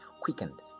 quickened